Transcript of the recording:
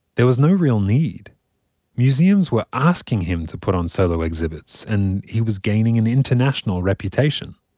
there was no real need museums were asking him to put on solo exhibits and he was gaining an international reputation.